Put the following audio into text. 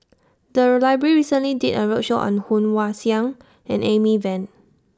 The Library recently did A roadshow on Woon Wah Siang and Amy Van